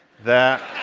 that